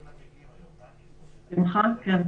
בשמחה, כן.